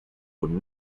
were